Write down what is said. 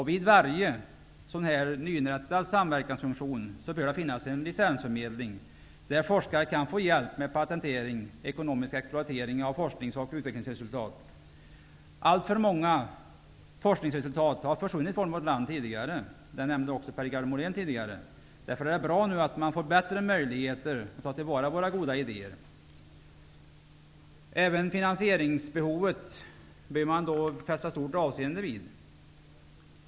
Vid varje nyinrättad samverkansfunktion bör det finnas en licensförmedling, där forskare kan få hjälp med patentering och ekonomisk exploatering av forsknings och utvecklingsresultat. Alltför många forskningsresultat har försvunnit från vårt land tidigare. Det nämnde också Per-Richard Molén. Därför är det bra att man nu får bättre möjligheter att ta till vara våra goda idéer. Även finansieringsbehovet bör man fästa stort avseende vid.